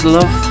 Love